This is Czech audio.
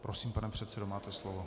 Prosím, pane předsedo, máte slovo.